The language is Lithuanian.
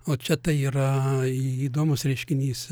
o čia tai yra į įdomus reiškinys